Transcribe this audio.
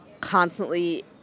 constantly